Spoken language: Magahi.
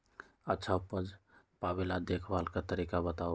अच्छा उपज पावेला देखभाल के तरीका बताऊ?